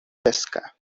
pesca